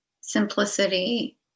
simplicity